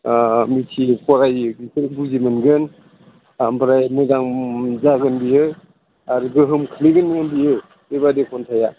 मिथियि फराययि बेफोरो बुजि मोनगोन ओमफ्राय मोजां जागोन बियो आरो गोहोम खोख्लैगोनबो बियो बेबादि खन्थाइआ